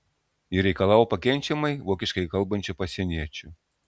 ji reikalavo pakenčiamai vokiškai kalbančio pasieniečio